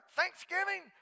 Thanksgiving